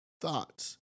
Thoughts